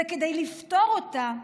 וכדי לפתור אותה,